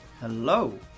Hello